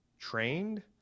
trained